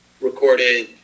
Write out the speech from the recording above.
recorded